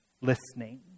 Listening